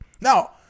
Now